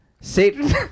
satan